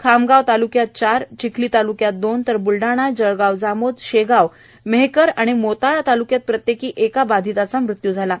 खामगाव ताल्क्यात चार चिखली तालुक्यात दोन तर ब्लडाणा जळगाव जामोद शेगाव मेहकर मोताळा तालुक्यात प्रत्येकी एका बाधीताचा मृत्यू झाला आहे